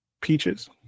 Peaches